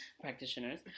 practitioners